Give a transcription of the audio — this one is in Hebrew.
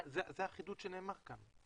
זה החידוד שנאמר כאן.